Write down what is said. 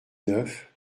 neuf